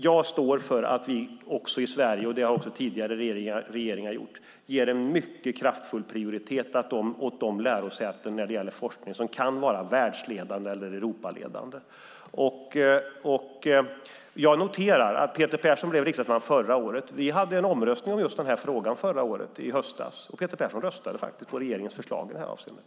Jag står för att vi - och det har även tidigare regeringar gjort - i Sverige ger en mycket kraftfull prioritet åt de lärosäten, när det gäller forskning, som kan vara världsledande eller Europaledande. Jag noterar att Peter Persson blev riksdagsman förra året. Vi hade en omröstning om just den här frågan i höstas, och Peter Persson röstade faktiskt på regeringens förslag i det avseendet.